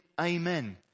Amen